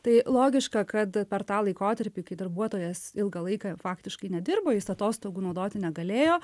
tai logiška kad per tą laikotarpį kai darbuotojas ilgą laiką faktiškai nedirbo jis atostogų naudoti negalėjo